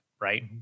Right